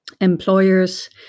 employers